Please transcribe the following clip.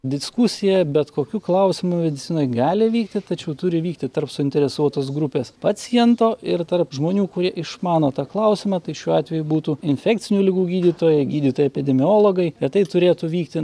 diskusija bet kokiu klausimu medicinoj gali vykti tačiau turi vykti tarp suinteresuotos grupės paciento ir tarp žmonių kurie išmano tą klausimą tai šiuo atveju būtų infekcinių ligų gydytojai gydytojai epidemiologai ir tai turėtų vykti